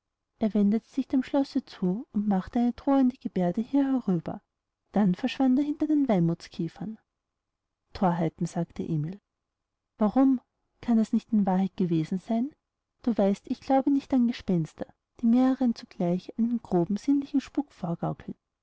er wendete sich dem schloße zu und machte eine drohende geberde hier herüber dann verschwand er hinter den weimuthskiefern thorheiten sagte emil warum kann er's nicht in wahrheit gewesen sein du weißt ich glaube nicht an gespenster die mehreren zugleich einen groben sinnlichen spuk vorgaukeln